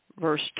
verse